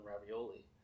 ravioli